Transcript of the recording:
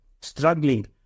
struggling